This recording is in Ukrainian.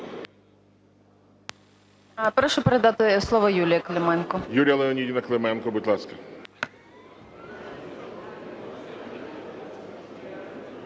Прошу передати слово Юлії Клименко. ГОЛОВУЮЧИЙ. Юліє Леонідівно Клименко, будь ласка.